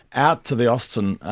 out to the austin,